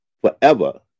forever